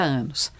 anos